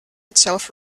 itself